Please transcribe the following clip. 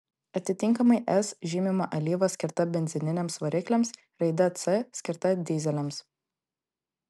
atitinkamai s žymima alyva skirta benzininiams varikliams raide c skirta dyzeliams